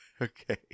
Okay